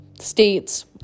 states